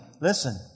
Listen